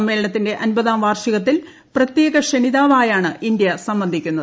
സമ്മേളനത്തിന്റെ അമ്പതാം വാർഷികത്തിൽ പ്രത്യേക ക്ഷണിതാവായാണ് ഇന്ത്യ സംബന്ധിക്കുന്നത്